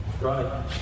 Right